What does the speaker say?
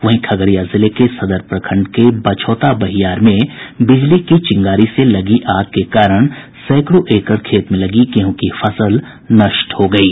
वहीं खगड़िया जिले के सदर प्रखंड के बछोता बहियार में बिजली की चिंगारी से लगी आग के कारण सैकड़ों एकड़ खेत में लगी गेहूँ की फसल नष्ट हो गयी